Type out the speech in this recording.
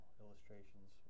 illustrations